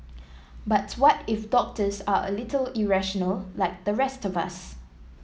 but what if doctors are a little irrational like the rest of us